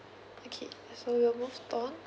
okay so we'll move on